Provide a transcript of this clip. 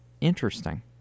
interesting